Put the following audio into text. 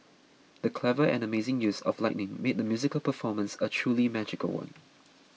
the clever and amazing use of lighting made the musical performance a truly magical one